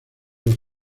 los